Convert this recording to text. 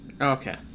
Okay